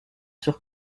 sur